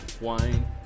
wine